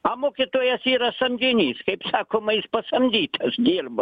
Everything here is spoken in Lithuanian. o mokytojas yra samdinys kaip sakoma jis pasamdytas dirba